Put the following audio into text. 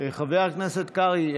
חבר הכנסת קרעי,